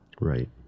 Right